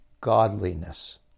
godliness